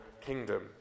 kingdom